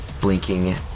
blinking